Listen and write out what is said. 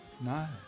No